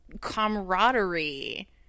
camaraderie